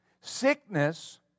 Sickness